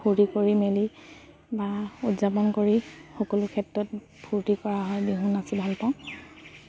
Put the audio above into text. ফূ্ত কৰি মেলি বা উদযাপন কৰি সকলো ক্ষেত্ৰত ফূৰ্তি কৰা হয় বিহু নাচি ভাল পাওঁ